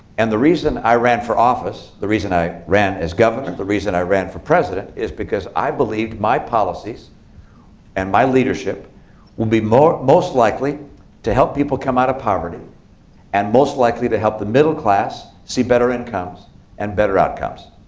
and the reason i ran for office, the reason i ran for governor, the reason i ran for president is because i believed my policies and my leadership would be most most likely to help people come out of poverty and most likely to help the middle class, see better incomes and better outcomes.